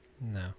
no